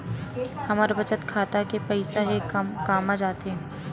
हमर बचत खाता के पईसा हे कामा जाथे?